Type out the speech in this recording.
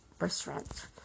restaurant